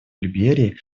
либерии